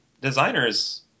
designers